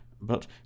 but